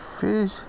fish